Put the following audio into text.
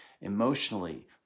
emotionally